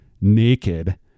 naked